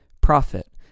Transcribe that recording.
profit